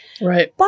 Right